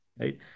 right